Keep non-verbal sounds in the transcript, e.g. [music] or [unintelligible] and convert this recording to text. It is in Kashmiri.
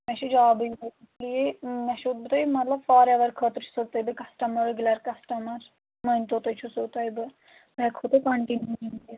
مےٚ چھِ جابٕے اس لیے مےٚ چھُ تۄہہِ مطلب فاراَیوَر خٲطرٕ چھُسو تۄہہِ بہٕ کَسٹمَر رِگُلَر کَسٹمَر مٲنۍ تو تُہۍ چھُسو تۄہہِ بہٕ ہٮ۪کو تۄہہِ کَنٹِنیوٗ [unintelligible]